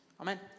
Amen